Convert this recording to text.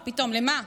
מה פתאום, למה?